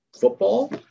football